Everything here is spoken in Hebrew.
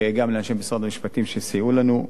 וגם לאנשי משרד המשפטים שסייעו לנו.